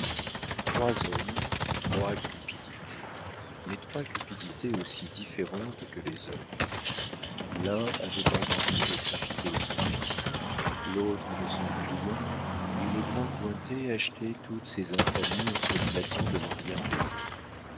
trois hommes trois cupidités mais trois cupidités aussi différentes que les hommes l'un avait inventé de trafiquer de son fils l'autre de son client et le grand cointet achetait toutes ces infamies en se flattant de ne rien payer